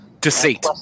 Deceit